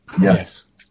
Yes